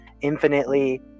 infinitely